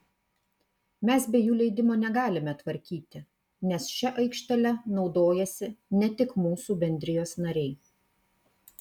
mes be jų leidimo negalime tvarkyti nes šia aikštele naudojasi ne tik mūsų bendrijos nariai